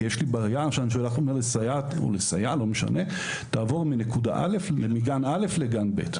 יש לי בעיה והיא תעבור מגן א' לגן ב',